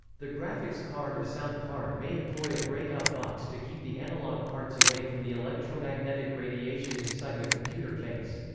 the graphics card or sound card may employ a break out box to keep the analog parts away from the electromagnetic radiation inside the computer case.